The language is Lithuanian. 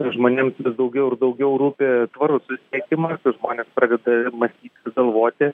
žmonėms vis daugiau ir daugiau rūpi tvarus susisiekimas ir žmonės pradeda mąstyti ir galvoti